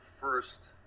first